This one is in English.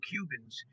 Cubans